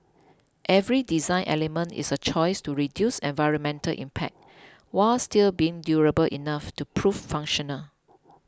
every design element is a choice to reduce environmental impact while still being durable enough to prove functional